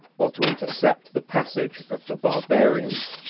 or to intercept the passage of the barbarians.